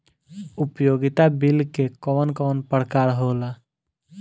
उपयोगिता बिल के कवन कवन प्रकार होला?